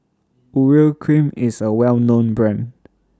Urea Cream IS A Well known Brand